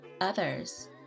others